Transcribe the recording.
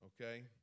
okay